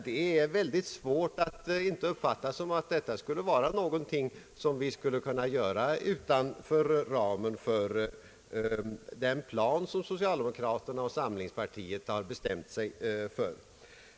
Det är väldigt svårt att inte uppfatta detta som att vi skulle kunna göra någonting utanför den ram som socialdemokraterna och moderata samlingspartiet har bestämt sig för.